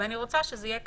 ואני רוצה שזה יהיה כתוב.